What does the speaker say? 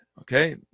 Okay